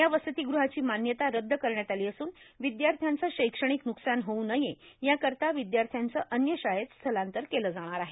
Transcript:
या वसतिगृहाची मान्यता रद्द करण्यात आली असून विद्यार्थ्यांचे शैक्षणिक न्रकसान होऊ नये याकरिता विद्यार्थ्यांचे अन्य शाळेत स्थलांतर केलं जाणार आहे